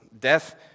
death